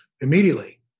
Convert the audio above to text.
immediately